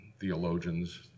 theologians